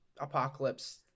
apocalypse